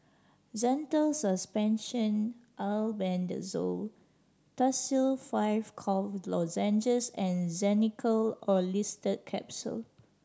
Zental Suspension Albendazole Tussil Five Cough Lozenges and Zenical Orlistat Capsule